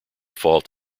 fault